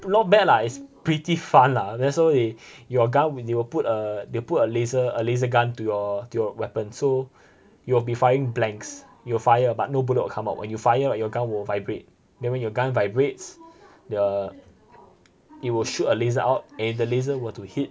not bad lah it's pretty fun lah that's all your gun when they will put a they put a laser a laser gun to your to your weapon so you'll be firing blanks you'll fire but no bullet will come out when you fire like your gun will vibrate then when your gun vibrates the it will shoot a laser out and if the laser were to hit